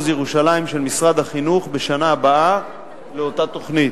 ירושלים של משרד החינוך לאותה תוכנית,